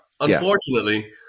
Unfortunately